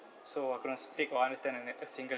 so I couldn't speak or understand a single